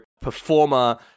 performer